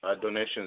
donations